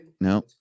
No